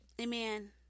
Amen